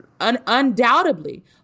undoubtedly